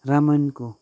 रामायणको